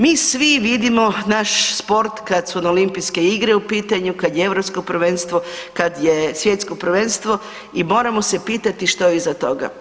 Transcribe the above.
Mi svi vidimo naš sport kad su Olimpijske igre u pitanju, kad je Europsko prvenstvo, kad je Svjetsko prvenstvo i moramo se pitati što je iza toga.